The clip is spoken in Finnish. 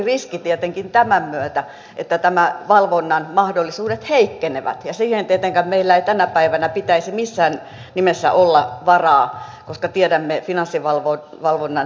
on tietenkin tämän myötä suuri riski että tämän valvonnan mahdollisuudet heikkenevät ja siihen meillä ei tietenkään tänä päivänä pitäisi missään nimessä olla varaa koska tiedämme finanssivalvonnan tärkeyden